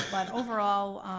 but overall,